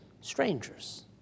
strangers